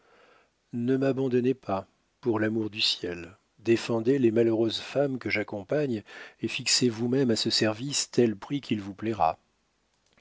ne m'abandonnez pas pour l'amour du ciel défendez les malheureuses femmes que j'accompagne et fixez vous-même à ce service tel prix qu'il vous plaira